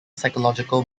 psychological